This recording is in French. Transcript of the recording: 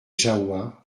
jahoua